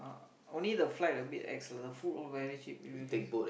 only the flight a bit ex lah food all very cheap if you have